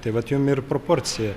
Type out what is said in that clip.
tai vat jum ir proporcija